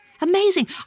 Amazing